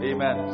Amen